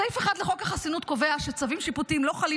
סעיף 1 לחוק החסינות קובע שצווים שיפוטיים לא חלים